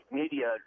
media